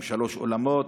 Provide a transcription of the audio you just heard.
עם שלושה אולמות.